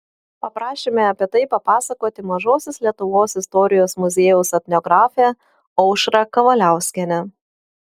paprašėme apie tai papasakoti mažosios lietuvos istorijos muziejaus etnografę aušrą kavaliauskienę